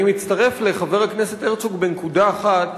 אני מצטרף לחבר הכנסת הרצוג בנקודה אחת,